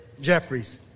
Jeffries